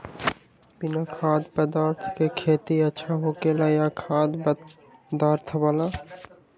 बिना खाद्य पदार्थ के खेती अच्छा होखेला या खाद्य पदार्थ वाला?